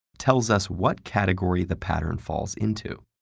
tells us what category the pattern falls into.